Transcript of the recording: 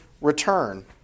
return